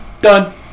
done